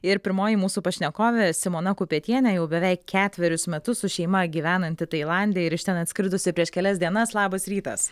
ir pirmoji mūsų pašnekovė simona kupetienė jau beveik ketverius metus su šeima gyvenanti tailande ir iš ten atskridusi prieš kelias dienas labas rytas